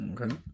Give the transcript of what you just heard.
Okay